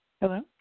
hello